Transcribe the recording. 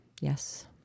Yes